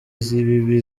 z’ibibi